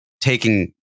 taking